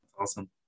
Awesome